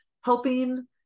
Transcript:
helping